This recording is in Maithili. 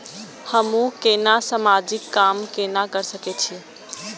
हमू केना समाजिक काम केना कर सके छी?